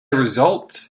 result